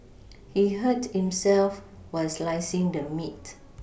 he hurt himself while slicing the meat